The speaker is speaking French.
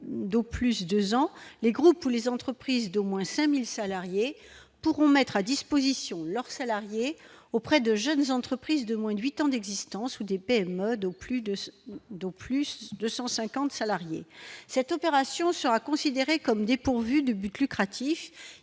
d'au d'plus 2 ans, les groupes ou les entreprises d'au moins 5000 salariés pourront mettre à disposition leurs salariés auprès de jeunes entreprises de moins de 8 ans d'existence ou des peines modo plus de ceux dont plus de 150 salariés, cette opération sera considéré comme dépourvu de but lucratif,